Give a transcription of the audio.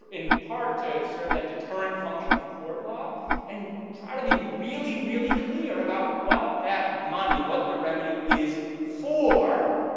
impart to, serve that deterrent function of court law and try to be really really clear about what that money, what the remedy is for,